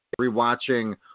Rewatching